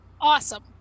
awesome